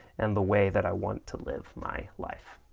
and the way that i want to live my life.